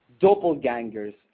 doppelgangers